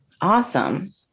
awesome